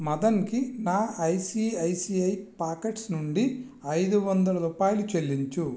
మదన్కి నా ఐసిఐసిఐ పాకెట్స్ నుండి ఐదు వందల రూపాయలు చెల్లించు